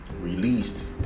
released